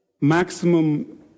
Maximum